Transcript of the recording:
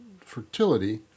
fertility